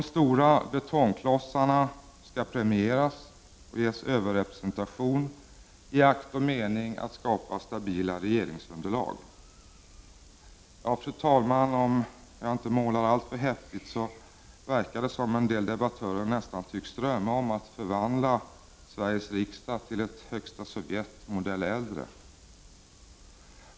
De stora betongklossarna skall premieras och ges överrepresentation i akt och mening att skapa stabila regeringsunderlag. Ja, fru talman, om jag inte målar alltför häftigt så verkar det som om en del debattörer nästan tycks drömma om att förvandla Sveriges riksdag till ett Högsta sovjet, modell äldre.